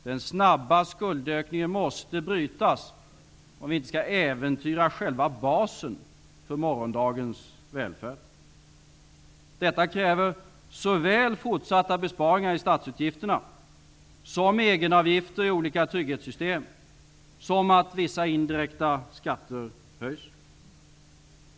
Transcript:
Den snabba skuldökningen måste brytas om vi inte skall äventyra själva basen för morgondagens välfärd. Detta kräver såväl fortsatta besparingar i statsutgifterna som egenavgifter i olika trygghetssystem och att vissa indirekta skatter höjs.